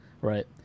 Right